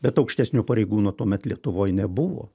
bet aukštesnio pareigūno tuomet lietuvoj nebuvo